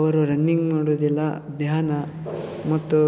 ಅವರು ರನ್ನಿಂಗ್ ಮಾಡುವುದಿಲ್ಲ ಧ್ಯಾನ ಮತ್ತು